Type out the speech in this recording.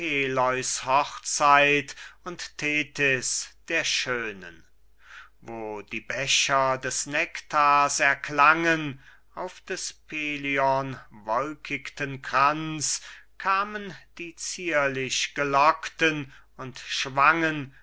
hochzeit und thetis der schönen wo die becher des nektars erklangen auf des pelion wolkichtem kranz kamen die zierlich gelockten und schwangen